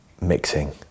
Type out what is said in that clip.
mixing